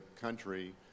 country